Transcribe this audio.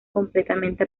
completamente